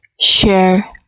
share